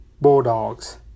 Bulldogs